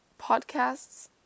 podcasts